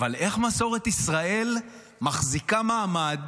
אבל איך מסורת ישראל מחזיקה מעמד,